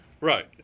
Right